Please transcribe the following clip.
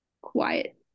quiet